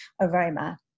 aroma